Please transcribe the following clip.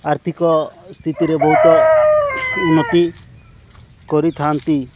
ଆର୍ଥିକ ସ୍ଥିତିରେ ବହୁତ ଉନ୍ନତି କରିଥାନ୍ତି